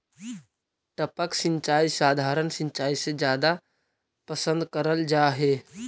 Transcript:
टपक सिंचाई सधारण सिंचाई से जादा पसंद करल जा हे